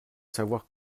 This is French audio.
savoir